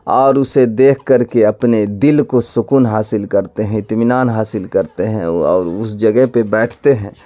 اور اسے دیکھ کر کے اپنے دل کو سکون حاصل کرتے ہیں اطمینان حاصل کرتے ہیں اور اس جگہ پہ بیٹھتے ہیں